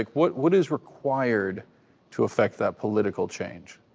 like what what is required to affect that political change?